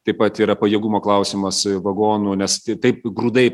taip pat yra pajėgumo klausimas vagonų nes ti taip grūdai